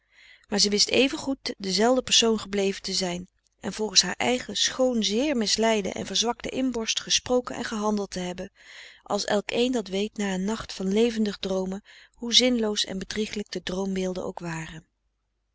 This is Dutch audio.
maar zij wist evengoed dezelfde persoon gebleven te zijn en volgens haar eigen schoon zeer misleide en verzwakte inborst gesproken en gehandeld te hebben als elkeen dat weet na een nacht van levendig droomen hoe zinloos en bedriegelijk de droom beelden ook waren